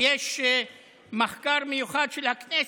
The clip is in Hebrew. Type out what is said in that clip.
ויש מחקר מיוחד של הכנסת,